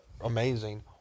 amazing